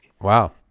Wow